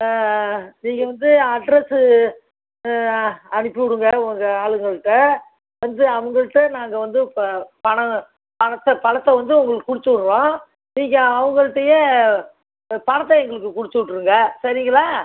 நீங்கள் வந்து அட்ரஸு அனுப்பி விடுங்க உங்க ஆளுங்கள்கிட்ட வந்து அவங்கள்கிட்ட நாங்கள் வந்து ப பணம் பணத்தை பழத்தை வந்து உங்களுக்கு கொடுத்துவுட்றோம் நீங்கள் அவங்கள்கிட்டயே பணத்தை எங்களுக்கு கொடுத்துவுட்ருங்க சரிங்களா